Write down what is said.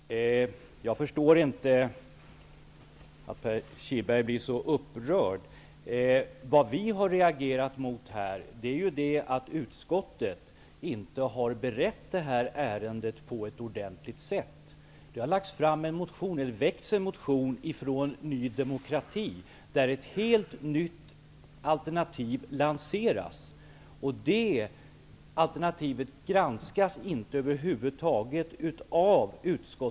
Fru talman! Jag förstår inte att Stefan Kihlberg blir så upprörd. Vad vi socialdemokrater har reagerat mot är att utskottet inte på ett ordentligt sätt har berett ärendet. En motion har väckts från Ny demokrati, i vilken ett helt nytt alternativ lanseras. Det alternativet granskas över huvud taget inte av utskottet.